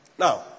Now